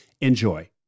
Enjoy